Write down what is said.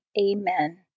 Amen